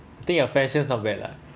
I think your fashion not bad lah